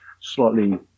slightly